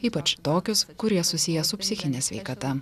ypač tokius kurie susiję su psichine sveikata